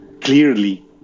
clearly